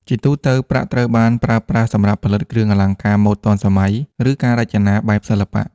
ជាទូទៅ ប្រាក់ត្រូវបានប្រើប្រាស់សម្រាប់ផលិតគ្រឿងអលង្ការម៉ូដទាន់សម័យ ឬការរចនាបែបសិល្បៈ។